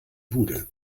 bude